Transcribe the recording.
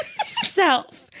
self